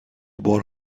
بار